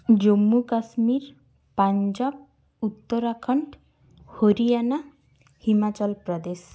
Jammu Kashmir Punjab Uttarakhand Haryana Himachal Pradesh